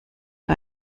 für